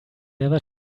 never